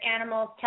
animals